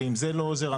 ואם זה לא עוזר,